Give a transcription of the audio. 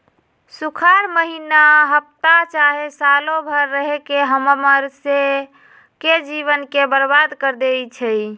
सुखार माहिन्ना हफ्ता चाहे सालों भर रहके हम्मर स के जीवन के बर्बाद कर देई छई